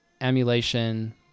emulation